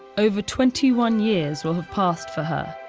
over twenty one years will have passed for her.